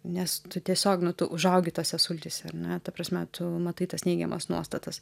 nes tu tiesiog nu tu užaugi tose sultyse ar ne ta prasme tu matai tas neigiamas nuostatas